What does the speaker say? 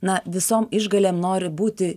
na visom išgalėm nori būti